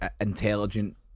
intelligent